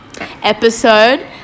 episode